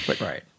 Right